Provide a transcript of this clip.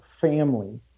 family